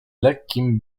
lekkim